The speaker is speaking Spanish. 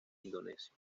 indonesia